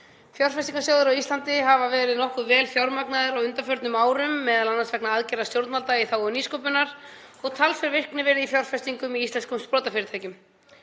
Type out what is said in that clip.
Fjárfestingarsjóðir á Íslandi hafa verið nokkuð vel fjármagnaðir á undanförnum árum, m.a. vegna aðgerða stjórnvalda í þágu nýsköpunar, og talsverð virkni verið í fjárfestingum í íslenskum sprotafyrirtækjum.